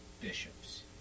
bishops